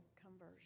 conversion